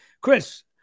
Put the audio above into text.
Chris